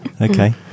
okay